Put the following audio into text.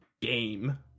game